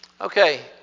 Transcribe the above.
Okay